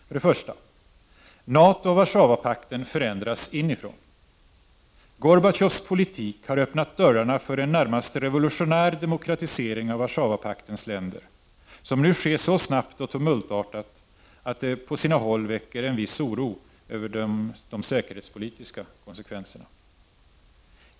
1. NATO och Warszawapakten förändras inifrån. Gorbatjovs politik har öppnat dörrarna för en närmast revolutionär demokratisering av Warszawapaktens länder, som nu sker så snabbt och tumultartat att det på sina håll väcker en viss oro över de säkerhetspolitiska konsekvenserna.